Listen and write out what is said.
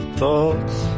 thoughts